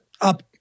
up